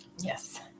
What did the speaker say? Yes